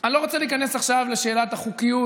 אני לא רוצה להיכנס עכשיו לשאלת החוקיות